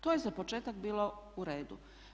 To je za početak bilo u redu.